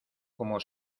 como